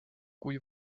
kui